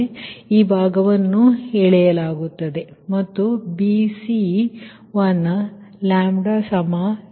ಆದ್ದರಿಂದ ಈ ಭಾಗವನ್ನು ಎಳೆಯಲಾಗುತ್ತದೆ ಮತ್ತು BC λ0